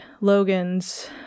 Logan's